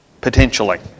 potentially